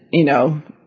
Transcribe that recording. you know,